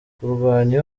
kurwanya